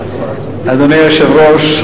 אדוני היושב-ראש,